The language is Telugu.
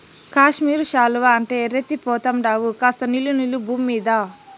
కాశ్మీరు శాలువా అంటే ఎర్రెత్తి పోతండావు కాస్త నిలు నిలు బూమ్మీద